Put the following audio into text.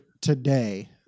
today